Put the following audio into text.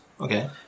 Okay